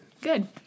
Good